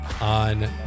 on